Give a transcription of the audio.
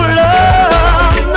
love